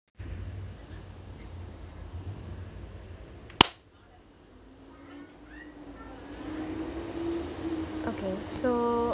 okay so